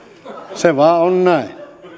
se vain on näin